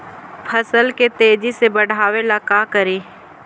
फसल के तेजी से बढ़ाबे ला का करि?